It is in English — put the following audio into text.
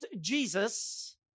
Jesus